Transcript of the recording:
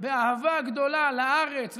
באהבה גדולה לארץ,